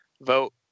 vote